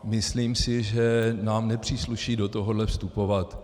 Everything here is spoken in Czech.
Myslím si, že nám nepřísluší do tohoto vstupovat.